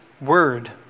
word